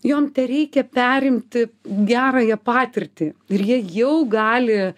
jom tereikia perimti gerąją patirtį ir jie jau gali